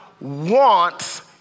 wants